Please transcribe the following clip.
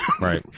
right